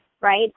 right